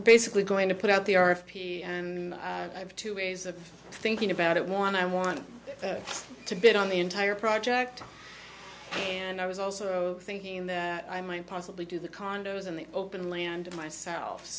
basically going to put out the r f p and i have two ways of thinking about it want i want to bid on the entire project and i was also thinking that i might possibly do the condos in the open land myself